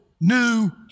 new